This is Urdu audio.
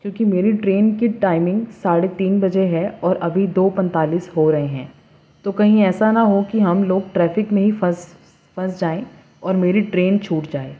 کیونکہ میری ٹرین کی ٹائمنگ ساڑھے تین بجے ہے اور ابھی دو پنتالیس ہو رہے ہیں تو کہیں ایسا نہ ہو کہ ہم لوگ ٹریفک میں ہی پھنس جائیں اور میری ٹرین چھوٹ جائے